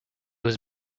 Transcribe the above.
was